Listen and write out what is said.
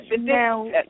now